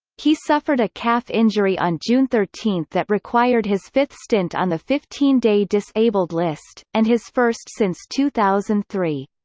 he suffered a calf injury on june thirteen that required his fifth stint on the fifteen day disabled list, and his first since two thousand and three.